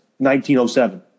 1907